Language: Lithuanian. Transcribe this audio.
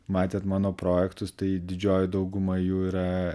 matėt mano projektus tai didžioji dauguma jų yra